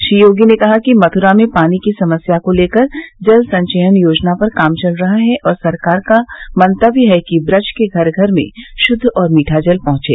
श्री योगी ने कहा कि मथुरा में पानी की समस्या को लेकर जल संचयन योजना पर काम चल रहा है और सरकार का मंतव्य है कि ब्रज के घर घर में शुद्ध और मीठा जल पहुंचे